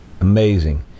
Amazing